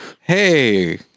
Hey